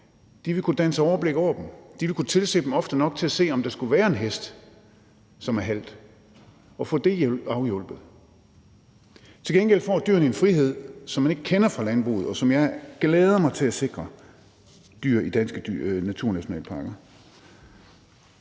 de vil kunne danne sig overblik over dem, de vil kunne tilse dem ofte nok til at kunne se, om der skulle være en hest, som er halt, og få det afhjulpet. Til gengæld får dyrene en frihed, som man ikke kender fra landbruget, og som jeg glæder mig til at sikre dyr i danske naturnationalparker.